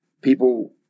people